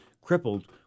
crippled